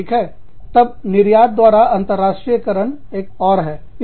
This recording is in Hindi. ठीक है तब निर्यात के द्वारा अंतर्राष्ट्रीय करण एक और है